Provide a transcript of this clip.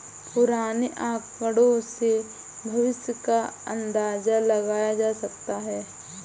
पुराने आकड़ों से भविष्य का अंदाजा लगाया जा सकता है